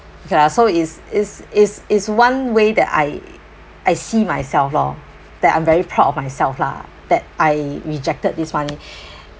okay lah so it's it's it's it's one way that I I see myself lor that I'm very proud of myself lah that I rejected this money